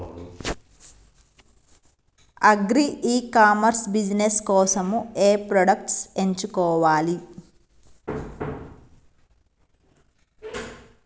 Agri e commerce business కోసము ఏ products ఎంచుకోవాలి?